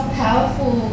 powerful